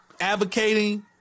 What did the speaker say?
advocating